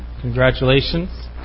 Congratulations